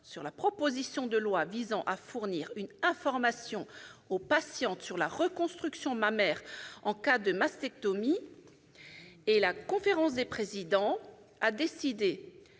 sur la proposition de loi visant à fournir une information aux patientes sur la reconstruction mammaire en cas de mastectomie (proposition n° 214, texte de